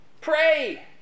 Pray